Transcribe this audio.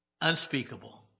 unspeakable